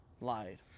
lied